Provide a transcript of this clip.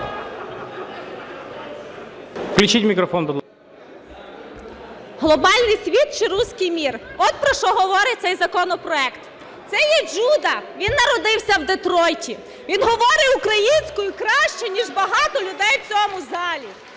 Глобальний світ чи "русский мир", от про що говорить цей законопроект. Це є Джуда, він народився в Детройті. Він говорить українською краще, ніж багато людей в цьому залі.